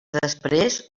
després